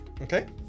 Okay